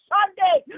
Sunday